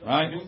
Right